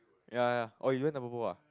ya ya oh you went Tampopo ah